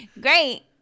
Great